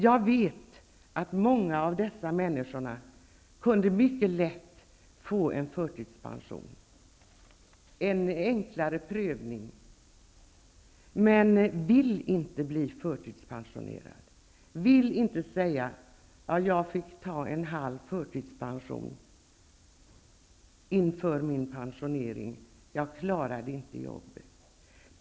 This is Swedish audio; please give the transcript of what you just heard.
Jag vet att många av de berörda människorna genom en enklare prövning mycket lätt skulle kunna få en förtidspension, men de vill inte bli förtidspensionerade. De vill inte säga: Jag var tvungen att ta en halv förtidspension inför min pensionering. Jag klarade inte jobbet.